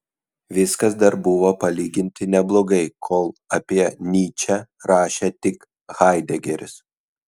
viskas dar buvo palyginti neblogai kol apie nyčę rašė tik haidegeris